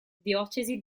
diocesi